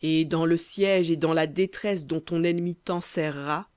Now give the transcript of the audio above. et dans le siège et dans la détresse dont ton ennemi t'enserrera